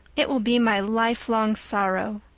it will be my lifelong sorrow.